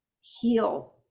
heal